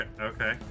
okay